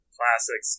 Classic